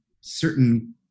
certain